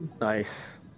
nice